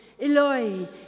Eloi